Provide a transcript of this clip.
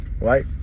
right